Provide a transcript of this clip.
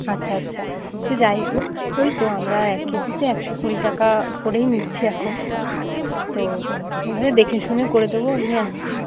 আচ্ছা আচ্ছা তো যাই হোক ওই তো আমরা এক কেজিতে একশো কুড়ি টাকা করেই নিচ্ছি এখন তো দেখেশুনে করে দেবো আপনি আসবেন